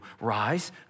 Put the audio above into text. Rise